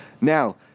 Now